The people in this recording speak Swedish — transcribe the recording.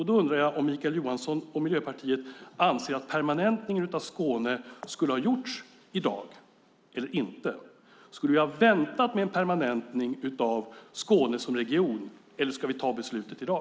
Då undrar jag om Mikael Johansson och Miljöpartiet anser att permanentningen av Skåne skulle ha gjorts i dag eller inte? Skulle vi ha väntat med en permanentning av Skåne som region eller ska vi ta beslutet i dag?